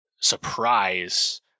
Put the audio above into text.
surprise